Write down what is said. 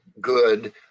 good